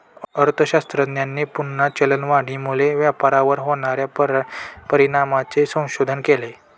अर्थशास्त्रज्ञांनी पुन्हा चलनवाढीमुळे व्यापारावर होणार्या परिणामांचे संशोधन केले